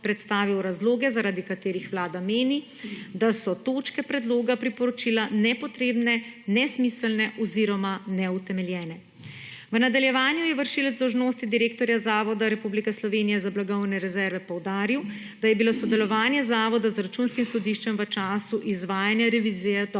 predstavil razloge, zaradi katerih Vlada meni, da so točke predloga priporočila nepotrebne, nesmiselne oziroma neutemeljene. V nadaljevanju je vršilec dolžnosti direktorja Zavoda Republike Slovenije za blagovne rezerve poudaril, da je bilo sodelovanje Zavoda z Računskim sodiščem v času izvajanja revizije dobro.